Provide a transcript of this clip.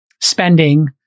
spending